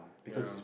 ya